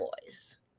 boys